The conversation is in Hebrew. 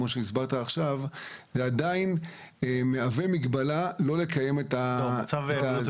כמו שהסברת עכשיו כאשר זה עדיין מהווה מגבלה לא לקיים את הישיבות.